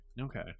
Okay